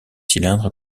cylindres